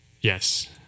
yes